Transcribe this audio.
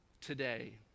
today